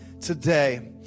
today